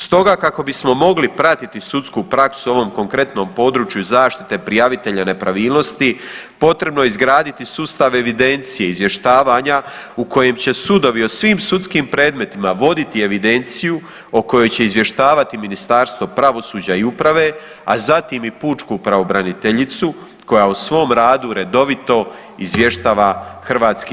Stoga kako bismo mogli pratiti sudskom u ovom konkretnom području i zaštite prijavitelja nepravilnosti potrebno je izgraditi sustav evidencije izvještavanja u kojem će sudovi o svim sudskim predmetima voditi evidenciju o kojoj će izvještavati Ministarstvo pravosuđa i uprave, a zatim i pučku pravobraniteljicu koja u svom radu redovito izvještava HS.